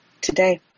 today